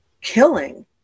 killing